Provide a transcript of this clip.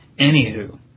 Anywho